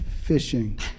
fishing